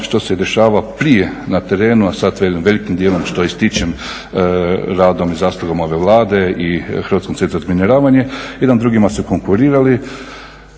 što se dešava prije na terenu, a sada velikim dijelom ističem radom i zaslugama ove Vlade i Hrvatskom centru za razminiravanje jedan drugima su konkurirali